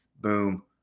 boom